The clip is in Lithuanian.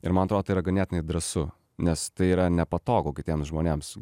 ir man atrodo tai yra ganėtinai drąsu nes tai yra nepatogu kitiems žmonėms